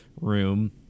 room